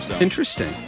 Interesting